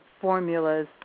formulas